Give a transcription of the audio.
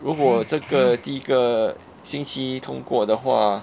如果这个第一个星期一通过的话